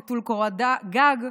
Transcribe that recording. נטול קורת גג,